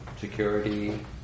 security